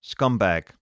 Scumbag